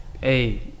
Hey